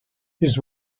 his